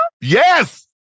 Yes